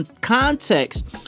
context